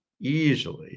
easily